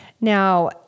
Now